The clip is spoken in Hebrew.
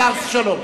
השר שלום.